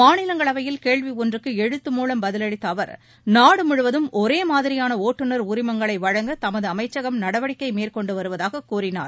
மாநிலங்களவையில் கேள்வி ஒன்றுக்கு எழுத்து மூலம் பதிலளித்த அவர் நாடு முழுவதும் ஒரே மாதிரியாள ஒட்டுநர் உரிமங்களை வழங்க தமது அமைச்சகம் நடவடிக்கை மேற்கொண்டு வருவதாகக் கூறினார்